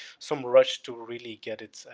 some rush to really get it,